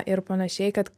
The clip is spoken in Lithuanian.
ir panašiai kad